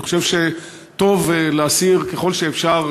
אני חושב שטוב להסיר ככל שאפשר